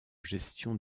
gestion